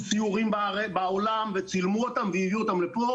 סיורים בעולם וצילמו אותם והביאו אותם לפה,